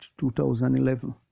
2011